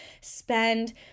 spend